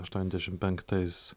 aštuoniasdešim penktais